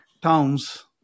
towns